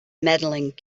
medaling